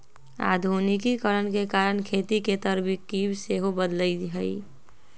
आधुनिकीकरण के कारण खेती के तरकिब सेहो बदललइ ह